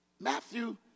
Matthew